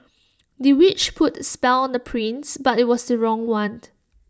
the witch put A spell on the prince but IT was the wrong one